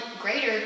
greater